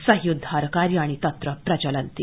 साहय्योदधार कार्याणि तत्र प्रचलन्ति